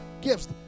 gifts